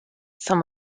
some